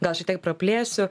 gal šiek tiek praplėsiu